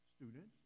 students